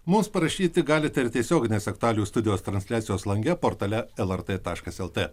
mus parašyti galite ir tiesioginės aktualijų studijos transliacijos lange portale lrt taškas lt